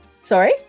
Sorry